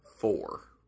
Four